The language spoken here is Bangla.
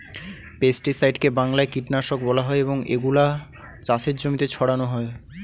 পেস্টিসাইডকে বাংলায় কীটনাশক বলা হয় এবং এগুলো চাষের জমিতে ছড়ানো হয়